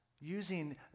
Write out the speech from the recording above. using